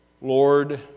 Lord